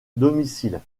domicile